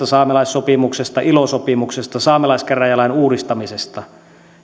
saamelaissopimuksesta ilo sopimuksesta saamelaiskäräjälain uudistamisesta